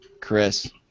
Chris